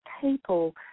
people